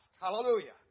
Hallelujah